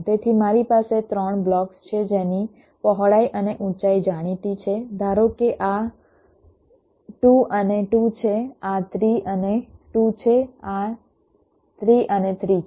તેથી મારી પાસે 3 બ્લોક્સ છે જેની પહોળાઈ અને ઊંચાઈ જાણીતી છે ધારો કે આ 2 અને 2 છે આ 3 અને 2 છે આ 3 અને 3 છે